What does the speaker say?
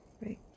right